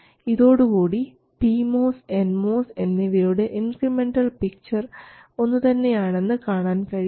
ഇതോടുകൂടി P MOS N MOS എന്നിവയുടെ incremental picture ഒന്നു തന്നെയാണെന്ന് കാണാൻ കഴിയും